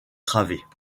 travées